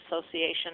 association